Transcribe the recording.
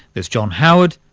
there's john howard,